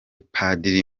padiri